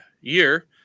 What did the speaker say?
year